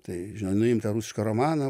tai žinot nuimt ten rusišką romaną